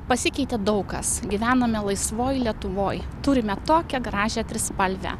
pasikeitė daug kas gyvename laisvoj lietuvoj turime tokią gražią trispalvę